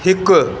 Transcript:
हिकु